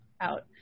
out